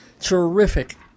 terrific